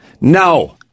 no